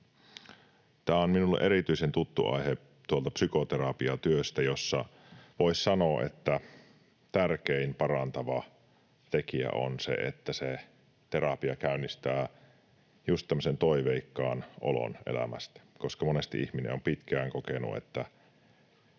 Tämä on minulle erityisen tuttu aihe tuolta psykoterapiatyöstä, josta voisi sanoa, että tärkein parantava tekijä on se, että se terapia käynnistää just tämmöisen toiveikkaan olon elämästä, koska monesti ihminen on pitkään kokenut, että